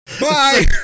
Bye